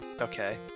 Okay